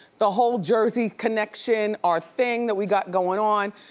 the whole jersey connection, our thing that we got going on,